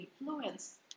influence